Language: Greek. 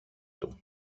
του